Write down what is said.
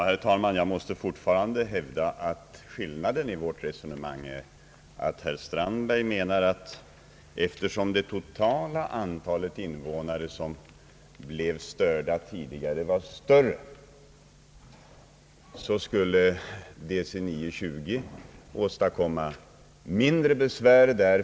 Herr talman! Herr Strandberg anser att eftersom DC 9-20 visserligen ger mera intensiva störningar men däremot stör ett mindre antal människor, så förorsakar den typen totalt sett mindre störningar.